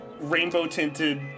rainbow-tinted